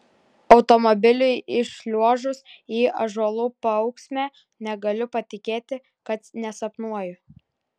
automobiliui įšliuožus į ąžuolų paūksmę negaliu patikėti kad nesapnuoju